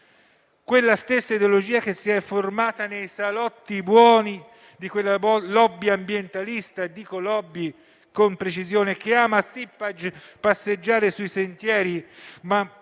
quella stessa ideologia che si è formata nei salotti buoni di quella *lobby* ambientalista - dico *lobby* con precisione - che ama passeggiare sui sentieri, ma